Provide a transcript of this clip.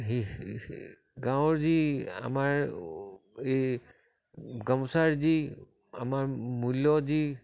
গাঁৱৰ যি আমাৰ এই গামোচাৰ যি আমাৰ মূল্য যি